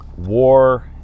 War